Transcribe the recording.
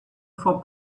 for